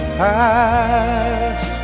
pass